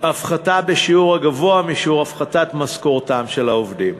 הפחתה בשיעור הגבוה משיעור הפחתת משכורתם של העובדים.